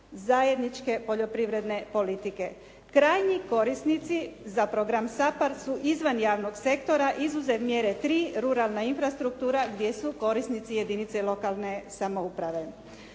zajedničke poljoprivredne politike. Krajnji korisnici za program SAPARD su izvan javnog sektora, izuzev mjere tri ruralna infrastruktura, gdje su korisnici jedinice lokalne samouprave.